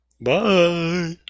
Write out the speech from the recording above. Bye